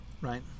right